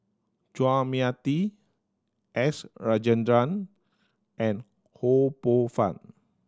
Chua Mia Tee S Rajendran and Ho Poh Fun